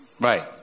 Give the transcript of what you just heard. Right